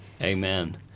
Amen